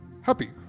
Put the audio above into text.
Happy